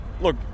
Look